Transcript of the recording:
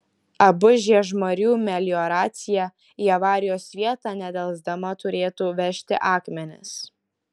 ab žiežmarių melioracija į avarijos vietą nedelsdama turėtų vežti akmenis